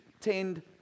tend